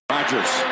Rodgers